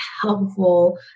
helpful